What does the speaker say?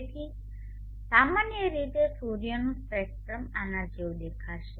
તેથી સામાન્ય રીતે સૂર્યનું સ્પેક્ટ્રમ આના જેવું દેખાશે